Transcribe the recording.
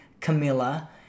Camilla